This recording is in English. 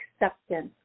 acceptance